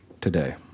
today